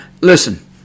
Listen